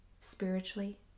spiritually